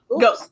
Go